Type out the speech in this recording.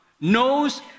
knows